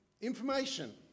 Information